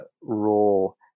role